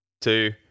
two